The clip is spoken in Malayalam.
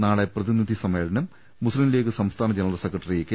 നാളെ പ്രതി നിധി സമ്മേളനം മുസ്ലീം ലീഗ് സംസ്ഥാന ജനറൽ സെക്രട്ടറി കെ